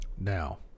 Now